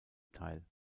teil